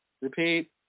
Repeat